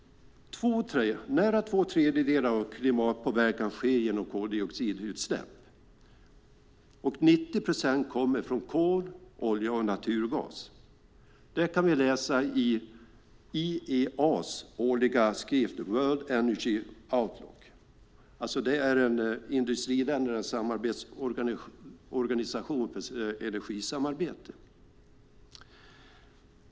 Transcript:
Nära två tredjedelar av klimatpåverkan sker genom koldioxidutsläpp, och 90 procent kommer från kol, olja och naturgas. Det kan vi läsa i IEA:s, industriländernas samarbetsorganisation för energisamarbete, årliga skrift World Energy Outlook.